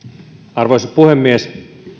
arvoisa puhemies